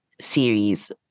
series